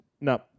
No